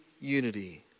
unity